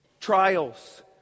Trials